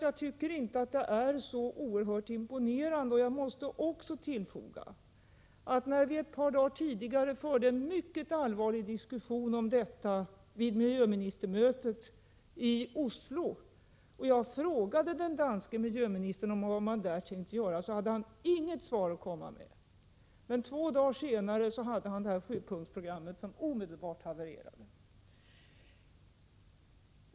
Jag tycker inte att det är så oerhört imponerande, och jag måste tillfoga att när vi ett par dagar tidigare förde en mycket allvarlig diskussion om detta vid miljöministermötet i Oslo och jag frågade den danske miljöministern om vad man där tänkt göra, så hade han inget svar att komma med. Men två dagar senare hade han sjupunktsprogrammet, som omedelbart havererade.